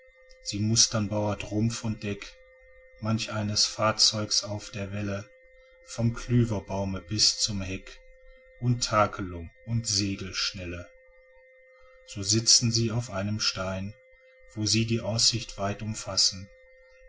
sie mustern bauart rumpf und deck manch eines fahrzeugs auf der welle vom klüverbaume bis zum heck und takelung und segelschnelle so sitzen sie auf einem stein wo sie die aussicht weit umfassen